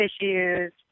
issues